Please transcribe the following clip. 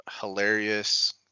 hilarious